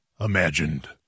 imagined